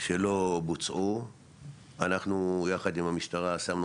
שלא בוצעו אנחנו יחד עם המשטרה שמנו